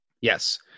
Yes